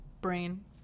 brain